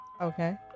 Okay